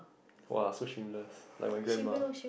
!wah! so shameless like my grandma